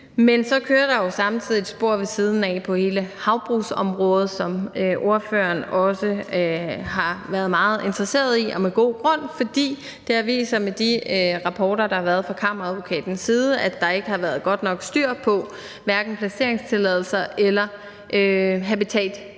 Men så kører der jo samtidig et spor ved siden af på hele havbrugsområdet, som ordføreren også har været meget interesseret i, og med god grund, for det har vist sig ud fra de rapporter, der har været fra kammeradvokatens side, at der ikke har været godt nok styr på hverken placeringstilladelser eller habitatsvurderinger